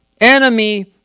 enemy